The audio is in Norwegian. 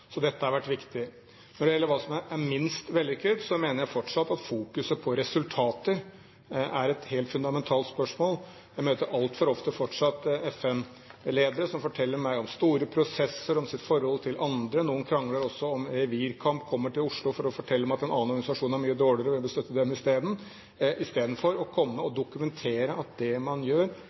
Så dette har vært viktig. Når det gjelder hva som er minst vellykket, mener jeg fortsatt at fokuset på resultater er et helt fundamentalt spørsmål. Jeg møter altfor ofte fortsatt FN-ledere som forteller meg om store prosesser, om sitt forhold til andre – noen krangler også – om revirkamp. De kommer til Oslo for å fortelle om at en annen organisasjon er mye dårligere; og vil vi støtte dem isteden – istedenfor å komme og dokumentere at det man gjør,